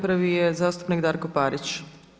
Prvi je zastupnik Darko Parić.